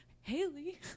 Haley